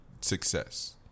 success